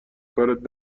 کارت